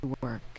work